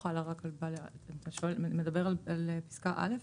תה מדבר על פסקה (א)?